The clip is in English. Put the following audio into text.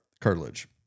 cartilage